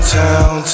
town